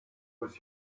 was